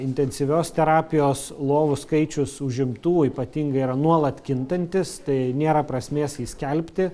intensyvios terapijos lovų skaičius užimtumo ypatingai yra nuolat kintantis tai nėra prasmės jį skelbti